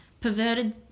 perverted